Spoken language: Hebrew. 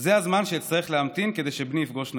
זה הזמן שאצטרך להמתין כדי שבני יפגוש נוירולוג.